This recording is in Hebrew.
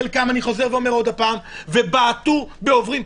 חלקם אני חוזר ואומר עוד פעם ובעטו בעוברים.